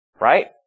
Right